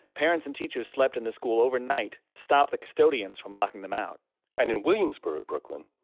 parents and teachers slept in the school overnight to stop the custodians from locking them out and in williamsburg, brooklyn,